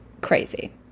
Crazy